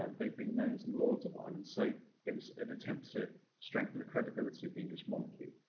and they'd been known as lords of ireland. so it was an attempt to strengthen the credibility of the english monarch.